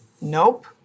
Nope